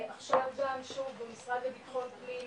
עכשיו גם שוב גם במשרד לביטחון פנים,